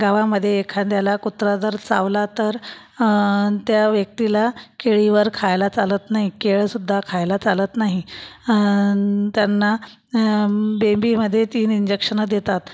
गावामध्ये एखाद्याला कुत्रा जर चावला तर त्या व्यक्तीला केळीवर खायला चालत नाई केळसुद्धा खायला चालत नाही त्यांना बेंबीमध्ये तीन इंजेक्शनं देतात